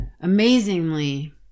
amazingly